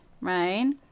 right